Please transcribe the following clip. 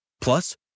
Plus